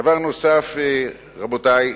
דבר נוסף, רבותי,